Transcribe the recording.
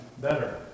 better